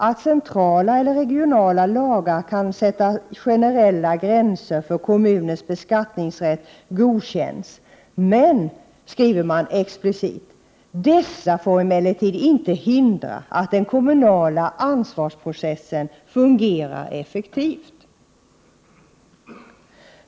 Att centrala eller regionala lagar kan sätta generella gränser för kommunens beskattningsrätt godkänns, men, skriver man explicit, dessa får emellertid inte hindra att den kommunala ansvarsprocessen fungerar effektivt.